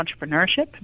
entrepreneurship